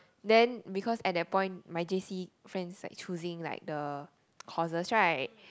then because at that point my j_c friends like choosing like the courses right